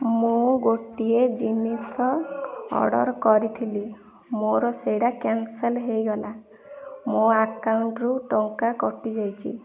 ମୁଁ ଗୋଟିଏ ଜିନିଷ ଅର୍ଡ଼ର୍ ମୋର ସେଇଟା କ୍ୟାନ୍ସଲ୍ ହେଇଗଲା ମୋ ଆକାଉଣ୍ଟ୍ରୁ ଟଙ୍କା କଟିଯାଇଛି